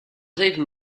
zeven